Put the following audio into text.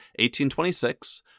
1826